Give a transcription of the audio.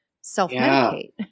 self-medicate